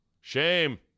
Shame